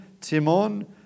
Timon